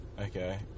Okay